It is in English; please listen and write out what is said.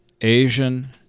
Asian